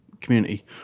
community